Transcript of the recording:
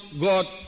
God